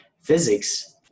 physics